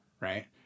Right